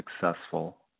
successful